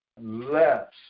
less